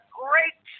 great